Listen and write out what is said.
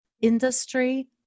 industry